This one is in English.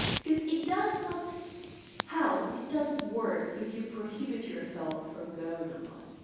because it does not help, it doesn't work, if you prohibit yourself from going online.